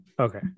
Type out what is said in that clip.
Okay